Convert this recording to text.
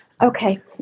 Okay